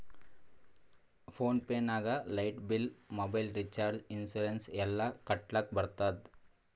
phone pay ನಾಗ್ light bill, mobile recharge, insurance ಎಲ್ಲಾ ಕಟ್ಟಲಕ್ ಬರ್ತುದ್